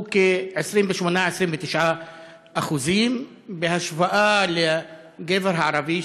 הוא 28% 29% בהשוואה לגבר הערבי,